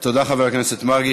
תודה, חבר הכנסת מרגי.